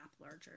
larger